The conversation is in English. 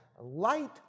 light